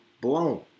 blown